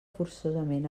forçosament